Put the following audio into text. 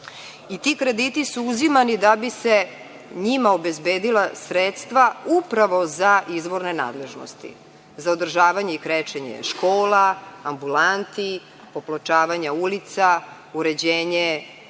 krediti su uzimani da bi se njima obezbedila sredstva upravo za izvorne nadležnosti, za održavanje i krečenje škola, ambulanti, popločavanja ulica, uređenje